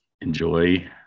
enjoy